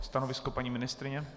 Stanovisko paní ministryně?